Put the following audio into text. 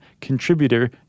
contributor